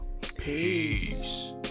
Peace